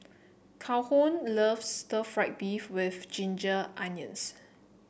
Calhoun loves Stir Fried Beef with Ginger Onions